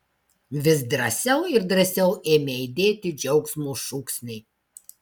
vis drąsiau ir drąsiau ėmė aidėti džiaugsmo šūksniai